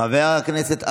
חבר הכנסת אלמוג.